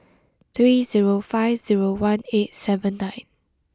three zero five zero one eight seven nine